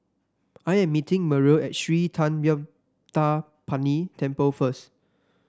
I am meeting Merrill at Sri Thendayuthapani Temple first